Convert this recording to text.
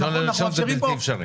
ה-1.1 זה בלתי אפשרי.